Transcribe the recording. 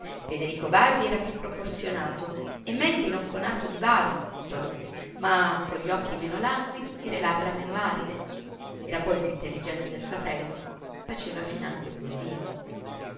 federico barbi era più proporzionato e men dinoccolato di bartolo con gli occhi meno languidi e le labbra meno aride era poi più intelligente del fratello faceva finanche poesie